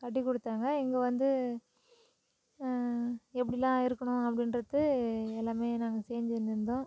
கட்டிக் கொடுத்தாங்க இங்கே வந்து எப்படிலாம் இருக்கணும் அப்படின்றது எல்லாமே நாங்கள் செஞ்சின்னு இருந்தோம்